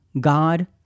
God